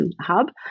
Hub